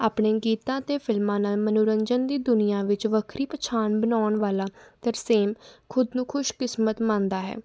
ਆਪਣੇ ਗੀਤਾਂ ਅਤੇ ਫਿਲਮਾਂ ਨਾਲ ਮਨੋਰੰਜਨ ਦੀ ਦੁਨੀਆ ਵਿੱਚ ਵੱਖਰੀ ਪਛਾਣ ਬਣਾਉਣ ਵਾਲਾ ਤਰਸੇਮ ਖੁਦ ਨੂੰ ਖੁਸ਼ਕਿਸਮਤ ਮੰਨਦਾ ਹੈ